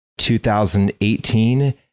2018